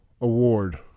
Award